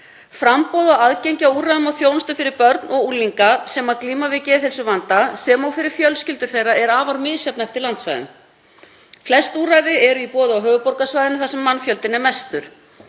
Framboð og aðgengi að úrræðum og þjónustu fyrir börn og unglinga sem glíma við geðheilsuvanda sem og fyrir fjölskyldur þeirra er afar misjafnt eftir landsvæðum. Flest úrræði eru í boði á höfuðborgarsvæðinu þar sem mannfjöldinn er mestur.